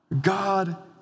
God